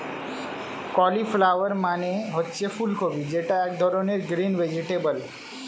cauliflower মানে হচ্ছে ফুলকপি যেটা এক ধরনের গ্রিন ভেজিটেবল